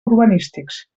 urbanístics